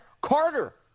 carter